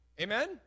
Amen